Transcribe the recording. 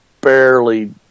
barely